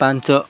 ପାଞ୍ଚ